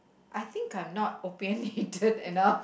I think I'm not opinionated enough